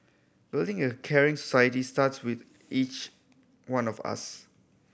building a caring society starts with each one of us